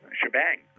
shebang